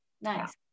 Nice